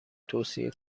توصیه